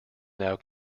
now